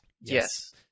Yes